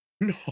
No